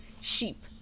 Sheep